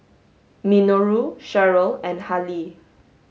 Minoru Cherryl and Hali